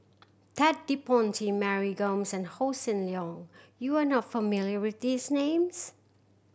Ted De Ponti Mary Gomes and Hossan Leong you are not familiar with these names